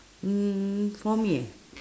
mm for me